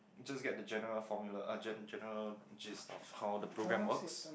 just get the general formula uh gen general gist of how the programme works